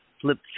flip